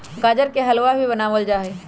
गाजर से हलवा भी बनावल जाहई